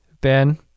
Ben